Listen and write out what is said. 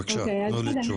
בבקשה, תנו לי תשובה.